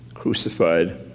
crucified